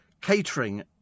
catering